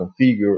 configure